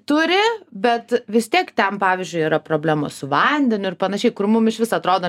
turi bet vis tiek ten pavyzdžiui yra problema su vandeniu ir panaši kur mum išvis atrodo